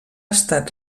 estat